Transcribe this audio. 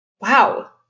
Wow